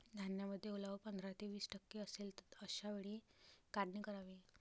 धान्यामध्ये ओलावा पंधरा ते वीस टक्के असेल अशा वेळी काढणी करावी